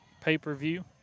pay-per-view